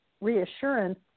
reassurance